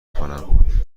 کنم